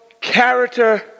character